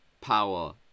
power